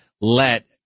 Let